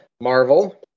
Marvel